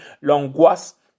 l'angoisse